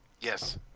Yes